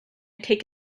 take